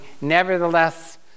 Nevertheless